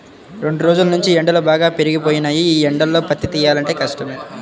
రెండ్రోజుల్నుంచీ ఎండలు బాగా పెరిగిపోయినియ్యి, యీ ఎండల్లో పత్తి తియ్యాలంటే కష్టమే